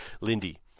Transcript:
Lindy